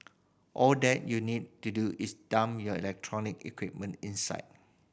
all that you need to do is dump your electronic equipment inside